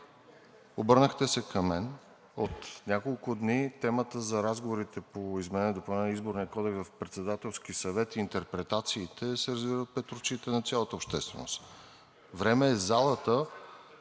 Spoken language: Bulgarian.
Обърнахте се към мен. От няколко дни темата за разговорите по изменение и допълнение на Изборния кодекс в председателски съвет, интерпретациите, се развиват пред очите на цялата общественост. НАСТИМИР